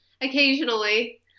Occasionally